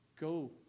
Go